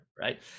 right